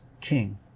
King